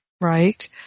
right